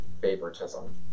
favoritism